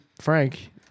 Frank